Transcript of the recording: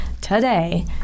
today